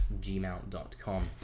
gmail.com